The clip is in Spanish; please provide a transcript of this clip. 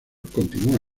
continúa